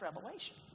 revelation